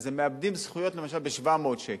אז הם מאבדים זכויות למשל ב-700 שקלים.